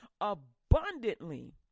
abundantly